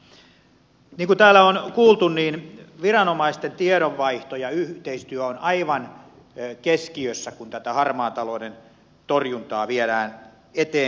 niin kuin täällä on kuultu viranomaisten tiedonvaihto ja yhteistyö on aivan keskiössä kun harmaan talouden torjuntaa viedään eteenpäin